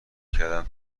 کردم